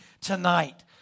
tonight